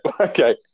Okay